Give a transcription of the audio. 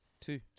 Two